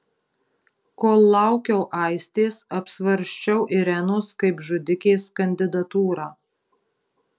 kol laukiau aistės apsvarsčiau irenos kaip žudikės kandidatūrą